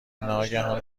ناگهان